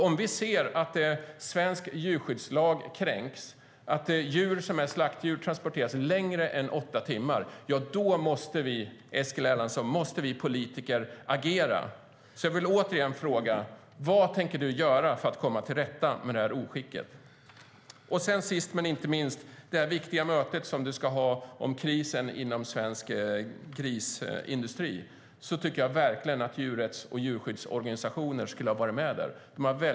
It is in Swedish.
Om vi ser att den svenska djurskyddslagen kränks, att slaktdjur transporteras under längre tid än åtta timmar, då, Eskil Erlandsson, måste vi politiker agera. Jag vill återigen fråga: Vad tänker du göra för att komma till rätta med oskicket? Sist men inte minst vill jag, beträffande det viktiga möte du ska ha om krisen inom svensk grisindustri, säga att jag verkligen tycker att djurrätts och djurskyddsorganisationerna skulle ha varit med på det mötet.